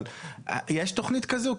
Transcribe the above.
אבל יש תוכנית כזו?